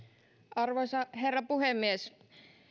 arvoisa herra puhemies